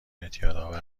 اعتیادآور